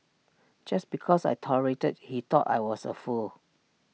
just because I tolerated he thought I was A fool